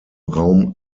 raum